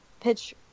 pitch